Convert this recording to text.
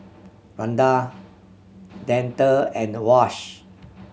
Randal Dante and Wash